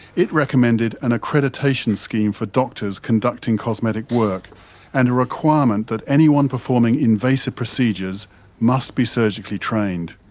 it recommended an accreditation scheme for doctors conducting cosmetic work and a requirement that anyone performing invasive procedures must be surgically trained.